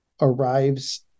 arrives